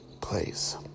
place